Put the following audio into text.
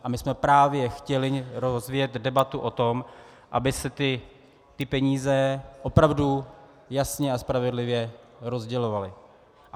A my jsme právě chtěli rozvíjet debatu o tom, aby se ty peníze opravdu jasně a spravedlivě rozdělovaly.